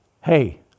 hey